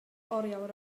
oriawr